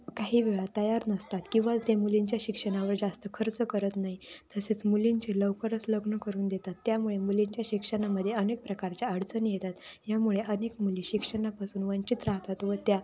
काही वेळा तयार नसतात किंवा ते मुलींच्या शिक्षणावर जास्त खर्च करत नाही तसेच मुलींचे लवकरच लग्न करून देतात त्यामुळे मुलींच्या शिक्षणामध्ये अनेक प्रकारच्या अडचणी येतात यामुळे अनेक मुली शिक्षणापासून वंचित राहतात व त्या